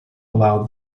allow